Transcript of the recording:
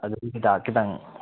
ꯑꯗꯨꯒꯤ ꯍꯤꯗꯥꯛ ꯈꯤꯇꯪ